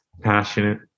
passionate